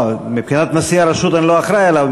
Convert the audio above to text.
מבחינת נשיא הרשות, אני לא אחראי עליו.